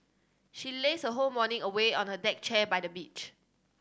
she lazed her whole morning away on a deck chair by the beach